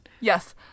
Yes